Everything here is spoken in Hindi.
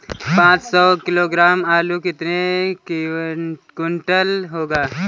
पाँच सौ किलोग्राम आलू कितने क्विंटल होगा?